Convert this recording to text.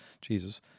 Jesus